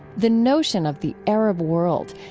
the notion of the arab world,